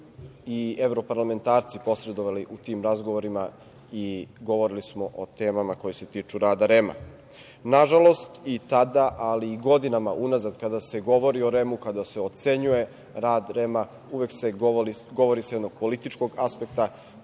i evroparlamentarci posredovali u tim razgovorima i govorilo smo o temama koje se tiču rada REM-a. Nažalost, i tada, ali i godinama unazad, kada se govori o REM-u, kada se ocenjuje rad REM-a, uvek se govori sa jednog političkog aspekta,